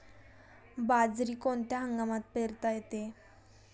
बाजरी कोणत्या हंगामात पेरता येते?